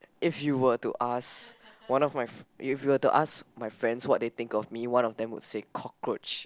if you were to ask one of my if you to ask my friends what they think of me one of them would say cockroach